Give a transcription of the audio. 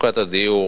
מצוקת הדיור